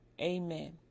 Amen